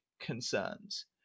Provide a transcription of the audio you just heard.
concerns